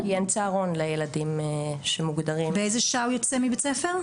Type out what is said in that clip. כי אין צהרון לילדים שמוגדרים --- באיזה שעה הוא יוצא מבית ספר?